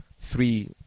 three